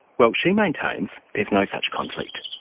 well she maintains there's no such conflict.